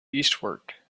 eastward